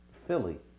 Philly